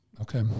okay